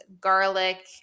garlic